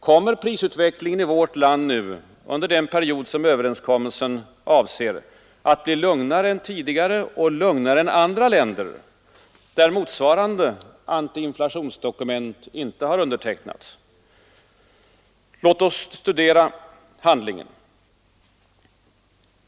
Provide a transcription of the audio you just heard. Kommer prisutvecklingen i vårt land under den period överenskommelsen avser att bli lugnare än tidigare och lugnare än i andra länder, där motsvarande anti-inflationsdokument inte har undertecknats? Låt oss studera handlingen!